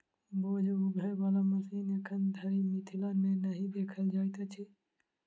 बोझ उघै बला मशीन एखन धरि मिथिला मे नहि देखल जाइत अछि